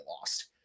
lost